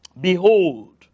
Behold